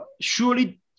Surely